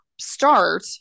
start